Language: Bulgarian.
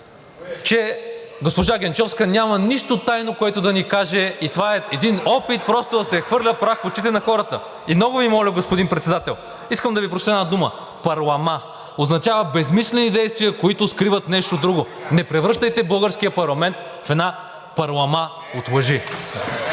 че госпожа Генчовска няма нищо тайно, което да ни каже, и това е един опит просто да се хвърля прах в очите на хората. И много Ви моля, господин Председател, искам да Ви прочета една дума: парлама – означава безсмислени действия, които скриват нещо друго. Не превръщайте българския парламент в една парлама от лъжи!